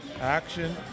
Action